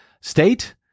state